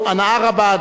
יש לנו הנאה רבה,